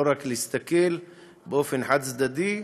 לא רק להסתכל באופן חד-צדדי,